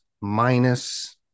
minus